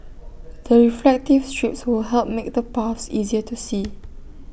the reflective strips would help make the paths easier to see